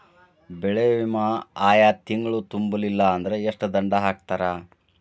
ಬೆಳೆ ವಿಮಾ ಆಯಾ ತಿಂಗ್ಳು ತುಂಬಲಿಲ್ಲಾಂದ್ರ ಎಷ್ಟ ದಂಡಾ ಹಾಕ್ತಾರ?